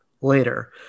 later